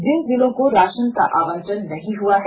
जिन जिलों को राशन का आवंटन नहीं हुआ है